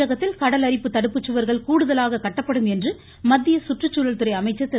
தமிழகத்தில் கடல் அரிப்பு தடுப்புச்சுவர்கள் கூடுதலாக கட்டப்படும் என்று மத்திய சுற்றுச்சுழல்துறை அமைச்சர் திரு